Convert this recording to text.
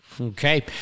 Okay